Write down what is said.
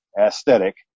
aesthetic